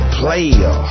player